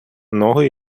ноги